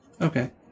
Okay